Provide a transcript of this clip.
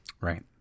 Right